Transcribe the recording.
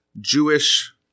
Jewish